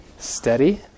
Steady